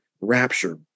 rapture